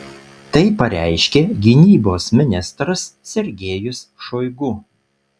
tai pareiškė gynybos ministras sergejus šoigu